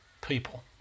people